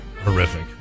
horrific